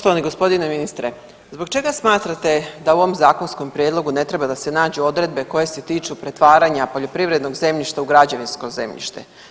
Poštovani gospodine ministre zbog čega smatrate da u ovom zakonskom prijedlogu ne treba da se nađu odredbe koje se tiču pretvaranja poljoprivrednog zemljišta u građevinsko zemljište?